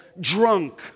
drunk